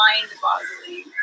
mind-boggling